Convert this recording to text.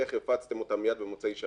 איך הפצתם אותה מיד במוצאי שבת?